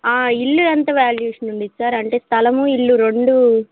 ఇల్లు ఎంత వ్యాల్యుయేషన్ ఉంటుద్ధి సార్ అంటే స్థలము ఇల్లు రెండు